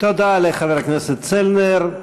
תודה לחבר הכנסת צלנר.